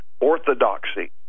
orthodoxy